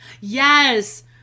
yes